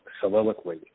soliloquy